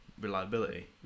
reliability